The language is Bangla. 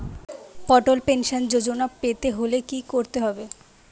অটল পেনশন যোজনা পেতে হলে কি করতে হবে?